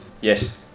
Yes